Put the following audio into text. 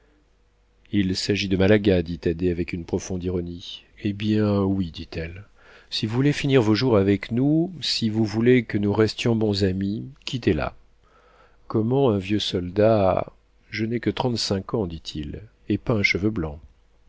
il s'agit de malaga dit thaddée avec une profonde ironie eh bien oui dit-elle si vous voulez finir vos jours avec nous si vous voulez que nous restions bons amis quittez la comment un vieux soldat je n'ai que trente-cinq ans et pas un cheveu blanc